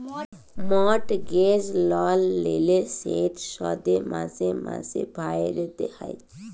mortgage লল লিলে সেট শধ মাসে মাসে ভ্যইরতে হ্যয়